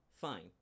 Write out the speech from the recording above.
fine